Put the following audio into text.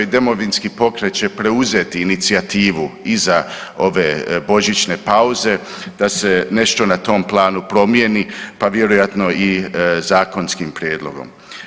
Domovinski pokret će preuzeti inicijativu iza ove božićne pauze da se nešto na tom planu promijeni pa vjerojatno i zakonskim prijedlogom.